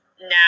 now